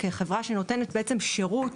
כחברה שנותנת שירות,